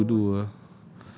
you don't know how to do ah